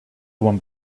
one